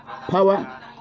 power